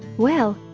well,